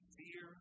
fear